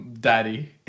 daddy